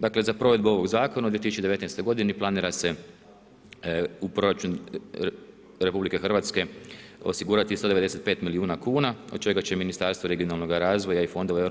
Dakle za provedbu ovog zakona u 2019. planira se u proračun RH osigurati 195 milijuna kuna od čega će Ministarstvo regionalnoga razvoja i fondova EU